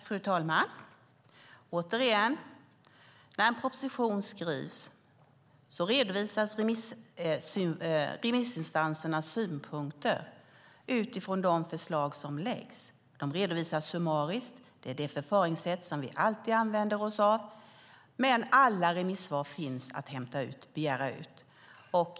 Fru talman! Jag ska återigen säga att när en proposition skrivs redovisas remissinstansernas synpunkter utifrån de förslag som läggs fram. De redovisas summariskt - det är det förfaringssätt som vi alltid använder oss av - men alla remissvar finns att begära ut.